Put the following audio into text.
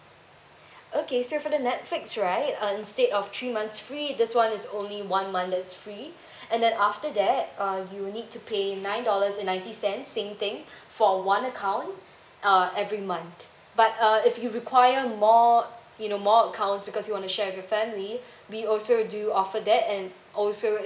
okay so for the netflix right uh instead of three months free this one is only one month that is free and then after that um you'll need to pay nine dollars and ninety cents same thing for one account uh every month but uh if you require more you know more accounts because you want to share with your family we also do offer that and also